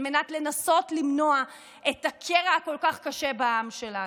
על מנת לנסות למנוע את הקרע הכל-כך קשה בעם שלנו.